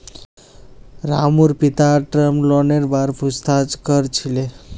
रामूर पिता टर्म लोनेर बार पूछताछ कर छिले